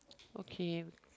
okay